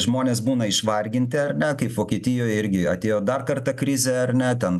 žmonės būna išvarginti ar ne kaip vokietijoj irgi atėjo dar kartą krizė ar ne ten